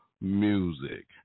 music